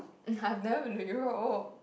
I've never been to Europe